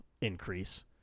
increase